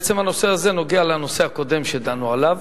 בעצם הנושא הזה נוגע לנושא הקודם שדנו עליו,